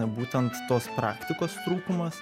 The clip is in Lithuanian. būtent tos praktikos trūkumas